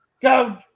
go